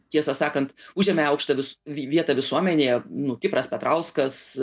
tiesą sakant užėmė aukštą vis vietą visuomenėje nu kipras petrauskas